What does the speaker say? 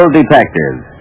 detectives